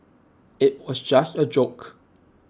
IT was just A joke